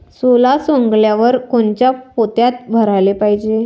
सोला सवंगल्यावर कोनच्या पोत्यात भराले पायजे?